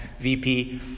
VP